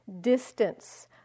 distance